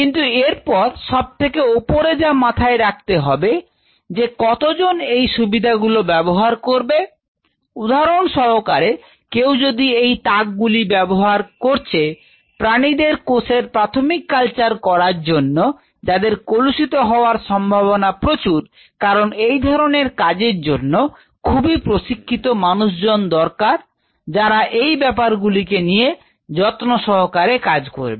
কিন্তু এরপর সবথেকে উপরে যা মাথায় রাখতে হবে যে কতজন এই সুবিধাগুলো ব্যবহার করবে উদাহরণ সহকারে কেউ যদি এই তাক গুলি ব্যবহার করছে প্রাণীদের কোষের প্রাথমিক কালচার করার জন্য যা দের কলুষিত হওয়ার সম্ভাবনা প্রচুর কারণ এই ধরনের কাজের জন্য খুবই প্রশিক্ষিত মানুষজন দরকার যারা এই ব্যাপারগুলি কে নিয়ে যত্নসহকারে কাজ করবে